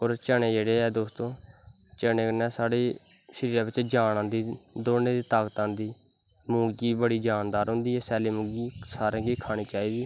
और चनें जेह्ड़े ऐं दोस्तो चनें कन्नैं शरीरै बिच्च जान आंदी दौड़नें दा ताकत आंदी मुंगी बी बड़ी जानदार होंदी सैल्ली मुंगी सारें गी खानी चाही दा